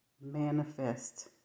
manifest